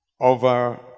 over